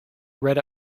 red